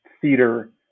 theater